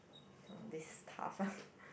discover